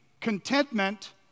contentment